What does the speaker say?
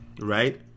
Right